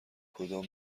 کدام